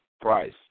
price